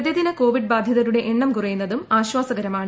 പ്രതിദിന കോവിഡ് ബാധിതരുടെ എണ്ണം കുറയുന്നതും ആശ്വാസകരമാണ്